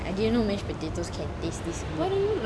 I didn't know mashed potatoes can this this good